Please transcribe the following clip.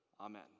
Amen